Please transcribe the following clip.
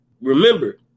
remember